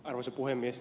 arvoisa puhemies